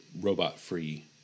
robot-free